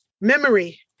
memory